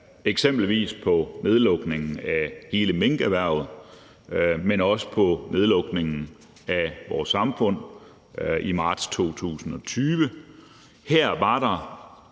eksempelvis på nedlukningen af hele minkerhvervet, men også på nedlukningen af vores samfund i marts 2020. Her blev der